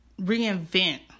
reinvent